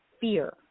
fear